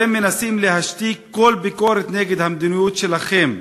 אתם מנסים להשתיק כל ביקורת נגד המדיניות שלכם,